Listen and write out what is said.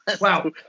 Wow